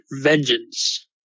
vengeance